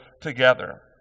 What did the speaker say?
together